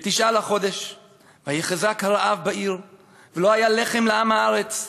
בתשעה לחֹדש ויחזק הרעב בעיר ולא היה לחם לעם הארץ,